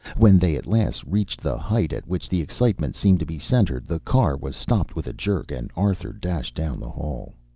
when they at last reached the height at which the excitement seemed to be centered, the car was stopped with a jerk and arthur dashed down the hall.